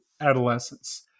adolescence